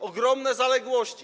Ogromne zaległości.